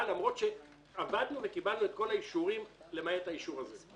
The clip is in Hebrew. למרות שעבדנו וקיבלנו את כל האישורים למעט האישור הזה.